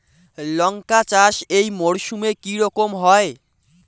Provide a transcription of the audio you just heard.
লঙ্কা চাষ এই মরসুমে কি রকম হয়?